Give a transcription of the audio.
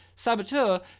saboteur